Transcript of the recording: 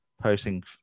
posting